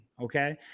okay